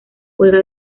juega